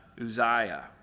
Uzziah